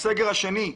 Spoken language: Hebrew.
בסגר השני,